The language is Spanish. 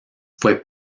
fue